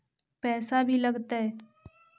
पैसा भी लगतय?